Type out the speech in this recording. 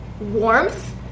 warmth